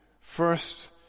first